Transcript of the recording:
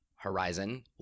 Horizon